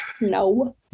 No